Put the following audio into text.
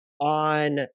on